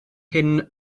hyn